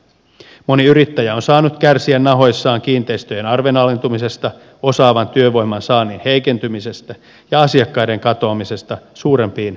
moni yrittäjä on saanut kärsiä nahoissaan kiinteistöjen arvon alentumisesta osaavan työvoiman saannin heikentymisestä ja asiakkaiden katoamisesta suurempiin ostoskeskuksiin